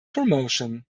promotion